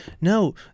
No